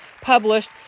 published